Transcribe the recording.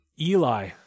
Eli